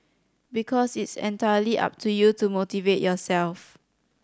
because it's entirely up to you to motivate yourself